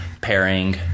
pairing